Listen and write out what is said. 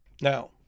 now